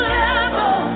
level